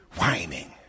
whining